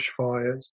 bushfires